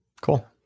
Cool